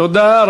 תודה.